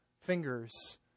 fingers